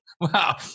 Wow